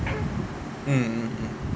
mm mm mm